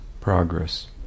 progress